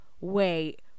wait